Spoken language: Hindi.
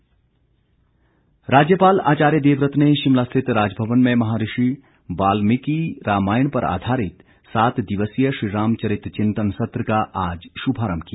राज्यपाल राज्यपाल आचार्य देवव्रत ने शिमला स्थित राजभवन में महर्षि वाल्मीकि रामायण पर आधारित सात दिवसीय श्री राम चरित चिंतन सत्र का आज श्भारंभ किया